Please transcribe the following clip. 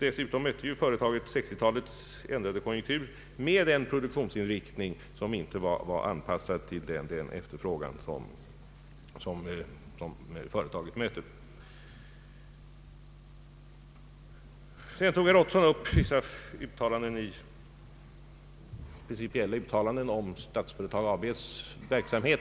Dessutom mötte företaget 1960 talets ändrade konjunktur med en produktionsinriktning som inte var anpassad till efterfrågan. Herr Ottosson tog upp vissa principiella uttalanden om Statsföretag AB:s verksamhet.